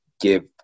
give